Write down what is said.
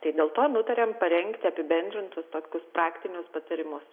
tai dėl to nutarėm parengti apibendrintus tokius praktinius patarimus